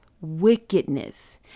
wickedness